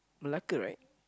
Malacca right